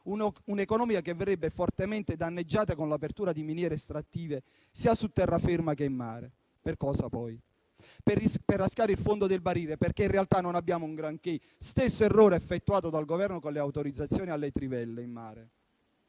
un'economia che verrebbe fortemente danneggiata dall'apertura di miniere estrattive sia su terraferma, che in mare. Per cosa, poi? Per raschiare il fondo del barile, perché in realtà non abbiamo un granché. È lo stesso errore fatto dal Governo con le autorizzazioni alle trivelle in mare: